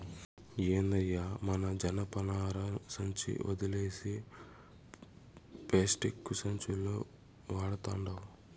ఏందయ్యో మన జనపనార సంచి ఒదిలేసి పేస్టిక్కు సంచులు వడతండావ్